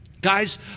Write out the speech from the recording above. Guys